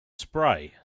spray